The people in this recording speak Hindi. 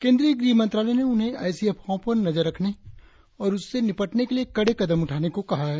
केंद्रीय गृहमंत्रालय ने उन्हें ऎसी अफवाहों पर नजर रखने और उनसे निपटने के लिए कड़े कदम उठाने को कहा है